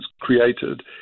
created